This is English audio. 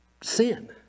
Sin